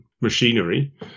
machinery